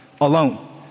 alone